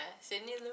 Sydney